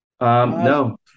No